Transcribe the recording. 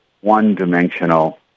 one-dimensional